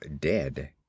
dead